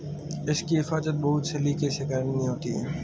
इसकी हिफाज़त बहुत सलीके से करनी होती है